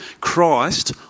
Christ